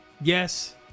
Yes